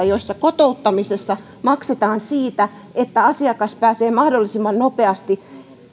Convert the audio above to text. joissa kotouttamisessa maksetaan siitä että asiakas pääsee mahdollisimman nopeasti